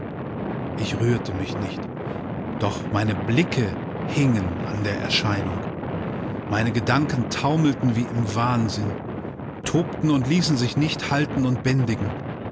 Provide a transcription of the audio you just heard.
ich rührte mich nicht doch meine blicke hingen an der erscheinung meine gedanken taumelten wie im wahnsinn tobten und ließen sich nicht halten und bändigen